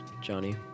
Johnny